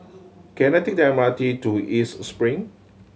can I take the M R T to East Spring